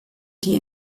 die